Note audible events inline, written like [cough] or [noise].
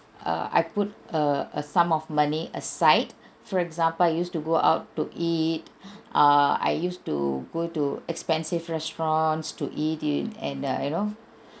err I put err a sum of money aside for example I used to go out to eat [breath] err I used to go to expensive restaurants to eat it and err you know